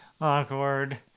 awkward